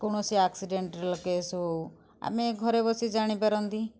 କୌଣସି accidental case ହେଉ ଆମେ ଘରେ ବସି ଜାଣି ପାରନ୍ତି